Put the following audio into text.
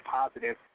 positive